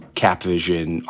capvision